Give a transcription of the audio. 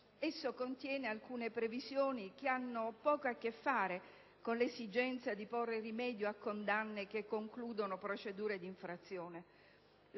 Esso contiene alcune previsioni che hanno poco a che fare con l'esigenza di porre rimedio a condanne che concludono procedure d'infrazione.